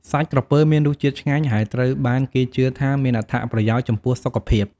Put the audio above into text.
សាច់ក្រពើមានរសជាតិឆ្ងាញ់ ហើយត្រូវបានគេជឿថាមានអត្ថប្រយោជន៍ចំពោះសុខភាព។